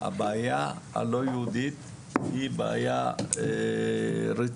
הבעיה הלא יהודית היא בעיה רצינית.